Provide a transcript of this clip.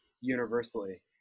universally